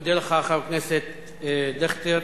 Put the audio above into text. אני מודה לך, חבר הכנסת דיכטר.